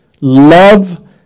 love